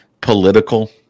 political